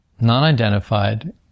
non-identified